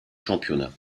championnat